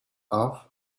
off